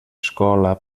escola